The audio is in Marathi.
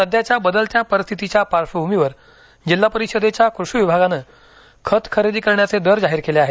सध्याच्या बदलत्या परिस्थितीच्या पार्श्वभूमीवर जिल्हा परिषदेच्या कृषी विभागाने खत खरेदी करण्याचे दर जाहीर केले आहेत